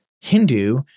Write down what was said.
Hindu